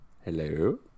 hello